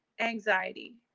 anxiety